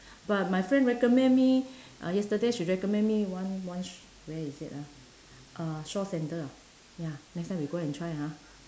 but my friend recommend me uh yesterday she recommend me one one sh~ where is it ah uh shaw center ah ya next time we go and try ah